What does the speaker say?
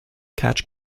catch